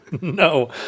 No